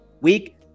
Week